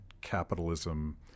capitalism